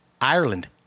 Ireland